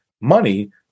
money